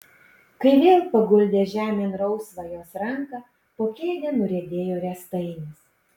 kai vėl paguldė žemėn rausvą jos ranką po kėde nuriedėjo riestainis